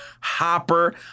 Hopper